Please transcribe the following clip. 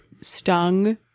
Stung